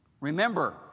Remember